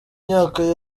myaka